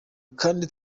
kandi